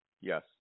yes